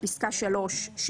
פסקה (3) תימחק,